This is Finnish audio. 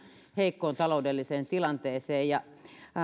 heikkoon taloudelliseen tilanteeseen